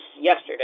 yesterday